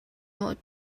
not